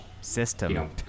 system